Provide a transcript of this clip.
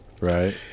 Right